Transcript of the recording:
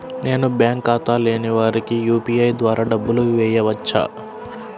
నేను బ్యాంక్ ఖాతా లేని వారికి యూ.పీ.ఐ ద్వారా డబ్బులు వేయచ్చా?